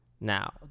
Now